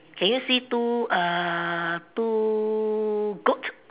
can you see two uh two goat